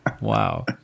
Wow